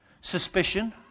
suspicion